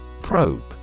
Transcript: Probe